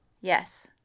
yes